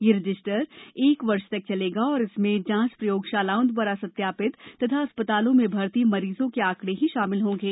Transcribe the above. यह रजिस्टर एक वर्ष तक चलेगा और इसमें जांच प्रयोगशालाओं द्वारा सत्यापित तथा अस्पतालों में भर्ती मरीजों के आंकडे ही शामिल होंगे